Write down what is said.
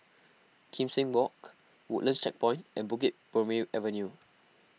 Kim Seng Walk Woodlands Checkpoint and Bukit Purmei Avenue